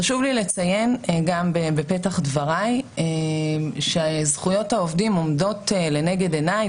חשוב לי לציין גם בפתח דבריי שזכויות העובדים עומדות לנגד עיני,